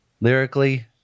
Lyrically